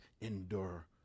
endure